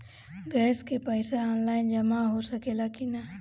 Gas के पइसा online जमा हो सकेला की?